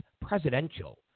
presidential